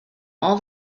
all